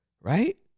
Right